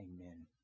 Amen